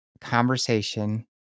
conversation